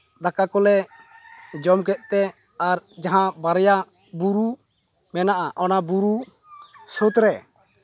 ᱫᱟᱠᱟ ᱠᱚᱞᱮ ᱡᱚᱢ ᱠᱮᱫ ᱛᱮ ᱟᱨ ᱡᱟᱦᱟᱸ ᱵᱟᱨᱭᱟ ᱵᱩᱨᱩ ᱢᱮᱱᱟᱜᱼᱟ ᱚᱱᱟ ᱵᱩᱨᱩ ᱥᱳᱛᱨᱮ